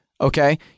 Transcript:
Okay